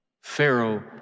Pharaoh